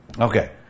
Okay